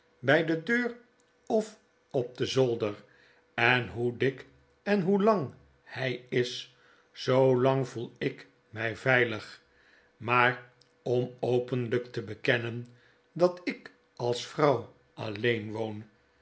by de deur of op den zolder en hoe dik en hoe lang hy is zoolang voel ik my veilig maar om openlyk te bekennen dat ik als vrouw alleen woon